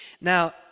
Now